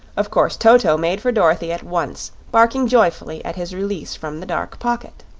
of course toto made for dorothy at once, barking joyfully at his release from the dark pocket.